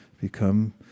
become